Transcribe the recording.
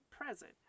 present